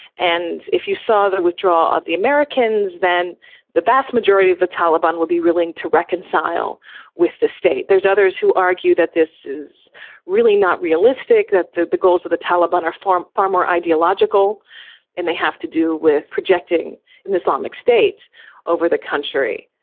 and if you saw the withdrawal of the americans, then the vast majority of the taliban would be willing to reconcile with the state. there's others who argue that this is really not realistic, that the the goals of the taliban are far more ideological and they have to do with projecting an islamic state over the country.